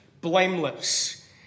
blameless